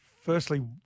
Firstly